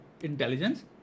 intelligence